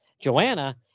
Joanna